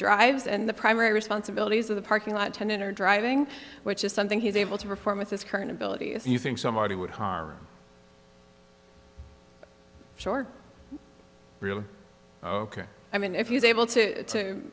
drives and the primary responsibilities of the parking lot attendant are driving which is something he's able to perform with his current ability if you think somebody would harm short really ok i mean if you say able to to